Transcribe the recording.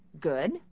Good